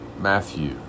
Matthew